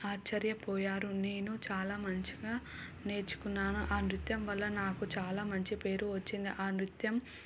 ఆశ్చర్యపోయారు నేను చాలా మంచిగా నేర్చుకున్నాను ఆ నృత్యం వల్ల నాకు చాలా మంచి పేరు వచ్చింది ఆ నృత్యం